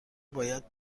باید